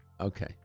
Okay